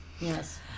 yes